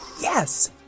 Yes